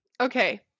Okay